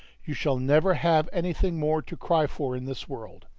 you shall never have anything more to cry for in this world!